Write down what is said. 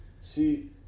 See